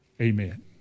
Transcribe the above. Amen